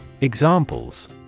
Examples